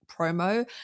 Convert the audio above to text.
promo